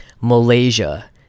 Malaysia